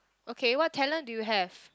okay what talent do you have